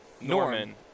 norman